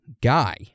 guy